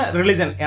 religion